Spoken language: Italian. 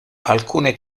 alcune